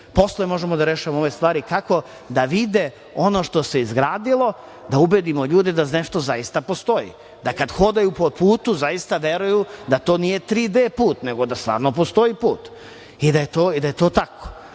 Posle možemo da rešavamo ove stvari kako da vide ono što se izgradilo, da ubedimo ljude da nešto zaista postoji. Da kada hodaju po putu zaista veruju da to nije 3D put, nego stvarno postoji put i da je to tako. Tako